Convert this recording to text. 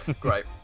Great